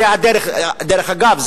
דרך אגב,